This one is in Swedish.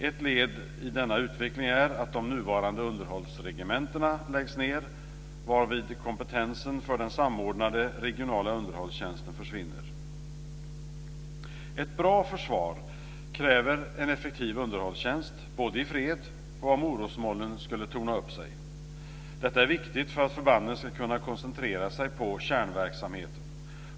Ett led i denna utveckling är att de nuvarande underhållsregementena läggs ned varvid kompetensen för den samordnade regionala underhållstjänsten försvinner. Ett bra försvar kräver en effektiv underhållstjänst både i fred och om orosmolnen skulle torna upp sig. Detta är viktigt för att förbanden ska kunna koncentrera sig på kärnverksamheten.